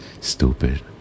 stupid